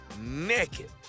naked